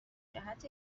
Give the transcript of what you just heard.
جهت